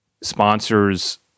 sponsors